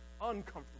uncomfortable